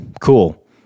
cool